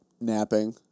napping